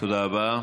תודה רבה.